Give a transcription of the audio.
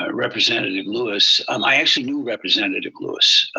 ah representative lewis, um i actually knew representative lewis,